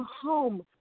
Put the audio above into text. home